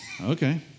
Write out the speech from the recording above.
Okay